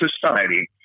Society